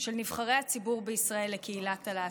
של נבחרי הציבור בישראל לקהילת הלהט"ב.